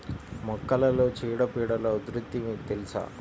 మొక్కలలో చీడపీడల ఉధృతి మీకు తెలుసా?